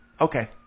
Okay